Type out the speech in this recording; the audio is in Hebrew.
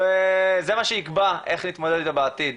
זה מה שיקבע איך נתמודד איתו בעתיד.